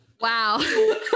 wow